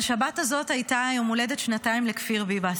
והשבת הזאת היה יום הולדת שנתיים לכפיר ביבס,